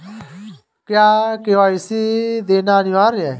क्या के.वाई.सी देना अनिवार्य है?